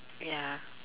ya